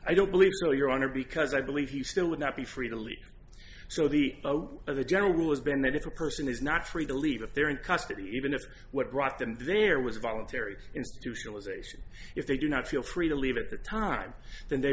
i don't believe your honor because i believe he still would not be free to leave so the vote of the general rule has been that if a person is not free to leave if they're in custody even if what brought them there was voluntary institutionalization if they do not feel free to leave at that time then they